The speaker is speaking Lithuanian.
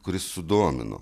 kuris sudomino